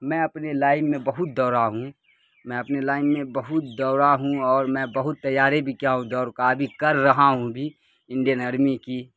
میں اپنے لائن میں بہت دوڑا ہوں میں اپنے لائن میں بہت دوڑا ہوں اور میں بہت تیاری بھی کیا ہوں دوڑ کا ابھی کر رہا ہوں بھی انڈین آرمی کی